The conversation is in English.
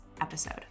episode